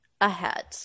ahead